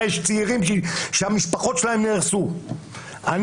העובדתי לא ברור גם אחרי שמתעמקים בשאלה שוב ושוב,